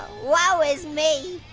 woe is me.